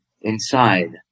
inside